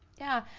yeah.